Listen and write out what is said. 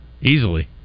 Easily